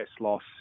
loss